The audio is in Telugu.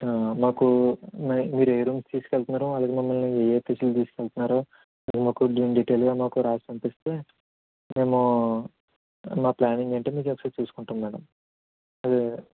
మాకు మీ మీరు ఏ రూమ్కి తీసుకెళ్తున్నారో అలాగే మమ్మల్ని ఏ ఏ ప్లేసులకి తీసుకెళ్తున్నారో మాకు డీటెయిల్గా మాకు రాసి పంపిస్తే మేమూ మా ప్లానింగ్ ఏంటో మీకు ఒకసారి చూసుకుంటాం మేడమ్